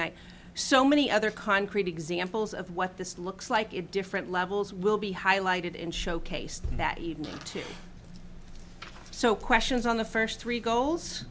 night so many other concrete examples of what this looks like a different levels will be highlighted in showcased that evening too so questions on the first three goals